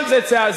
צדק חברתי.